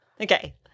Okay